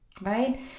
Right